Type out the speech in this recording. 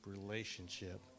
relationship